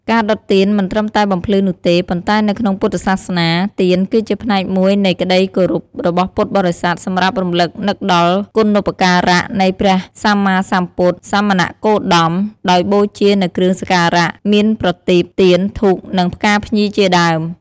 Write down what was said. ការដុតទៀនមិនត្រឹមតែបំភ្លឺនោះទេ ប៉ុន្តែនៅក្នុងពុទ្ធសាសនា ទៀនគឺជាផ្នែកមួយនៃក្តីគោរពរបស់ពុទ្ធបរិស័ទសម្រាប់រំលឹកនឹកដល់គុណូបការៈ នៃព្រះសម្មាសម្ពុទ្ធសមណគោតម ដោយបូជានូវគ្រឿងសក្ការៈ មានប្រទីប ទៀន ធូប និងផ្កាភ្ញីជាដើម។